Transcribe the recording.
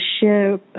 share